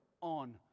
on